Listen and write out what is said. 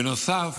בנוסף